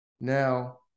Now